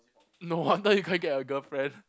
no wonder you can't get a girlfriend